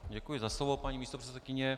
Děkuji za slovo, paní místopředsedkyně.